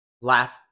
Laugh